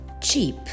Cheap